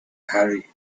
hurry